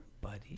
Buddy